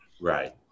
right